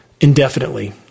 indefinitely